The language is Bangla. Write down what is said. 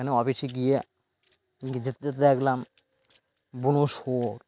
সেখানে অফিসে গিয়ে যেতে দেখলাম বুনো শুয়োর